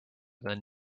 than